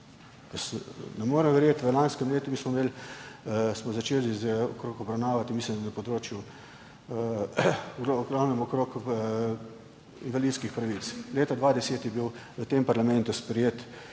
Ne morem verjeti, v lanskem letu smo začeli z obravnavami, mislim, da na področju v glavnem okrog invalidskih pravic, leta 2010 je bil v tem parlamentu sprejet